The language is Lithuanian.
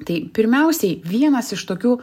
tai pirmiausiai vienas iš tokių